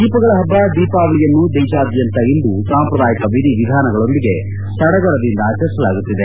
ದೀಪಗಳ ಹಬ್ಲ ದೀಪಾವಳಿಯನ್ನು ದೇಶಾದ್ಯಂತ ಇಂದು ಸಾಂಪ್ರದಾಯಿಕ ವಿಧಿ ವಿಧಾನಗಳೊಂದಿಗೆ ಸಡಗರದಿಂದ ಆಚರಿಸಲಾಗುತ್ತಿದೆ